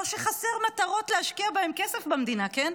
לא שחסרות מטרות להשקיע בהן כסף במדינה, כן?